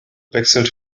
wechselt